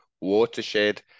watershed